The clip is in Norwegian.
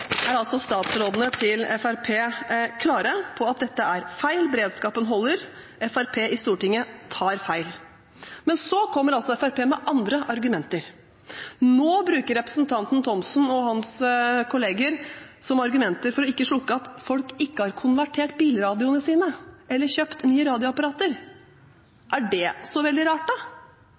statsrådene fra Fremskrittspartiet klare på at dette er feil. Beredskapen holder. Fremskrittspartiet i Stortinget tar feil. Men så kommer Fremskrittspartiet med andre argumenter. Nå bruker representanten Thomsen og hans kolleger som argument for ikke å slokke at folk ikke har konvertert bilradioene sine eller kjøpt nye radioapparater. Er det så veldig rart da?